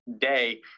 day